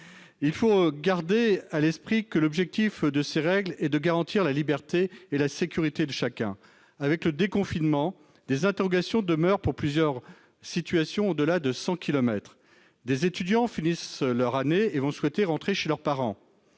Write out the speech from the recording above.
Il faut garder à l'esprit que l'objectif de ces règles est de garantir la liberté et la sécurité de chacun. Avec le déconfinement, des interrogations demeurent pour plusieurs situations au-delà de 100 kilomètres : des étudiants finissent leur année et vont souhaiter rentrer chez leurs parents